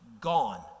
gone